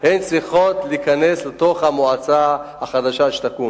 צריכות להיכנס למועצה החדשה שתקום.